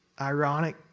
ironic